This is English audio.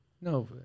No